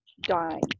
dying